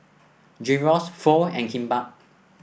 Gyros Pho and Kimbap